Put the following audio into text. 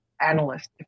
analyst